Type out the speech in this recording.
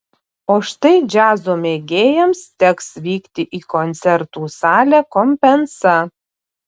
o štai džiazo mėgėjams teks vykti į koncertų salę compensa